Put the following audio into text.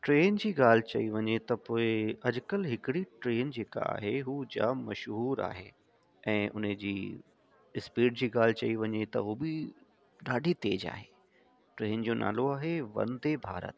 train जी ॻाल्हि चई वञे त पोइ अॼु कल्ह हिकिड़ी ट्रेन जेका आहे हू जाम मशहूरु आहे ऐं उने जी स्पीड जी ॻाल्हि चई वञे त उहो बि ॾाढी तेज़ु आहे ट्रेन जो नालो आहे वंदे भारत